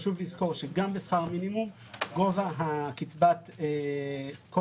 חשוב לזכור שגם בשכר מינימום גובה קצבת דמי